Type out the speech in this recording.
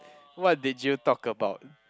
what did you talk about